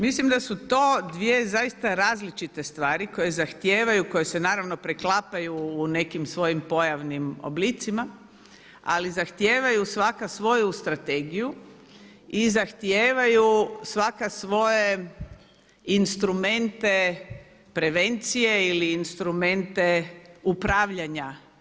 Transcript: Mislim da su to dvije zaista različite stvari koje zahtijevaju, koje se naravno preklapaju u nekim svojim pojavnim oblicima, ali zahtijevaju svaka svoju strategiju i zahtijevaju svaka svoje instrumente prevencije ili instrumente upravljanja.